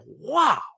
wow